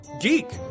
geek